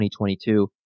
2022